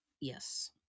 Yes